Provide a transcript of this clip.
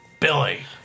Billy